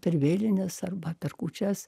per vėlines arba per kūčias